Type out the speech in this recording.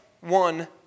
one